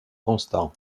constant